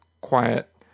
quiet